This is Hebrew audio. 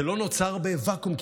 זה לא נוצר בוואקום,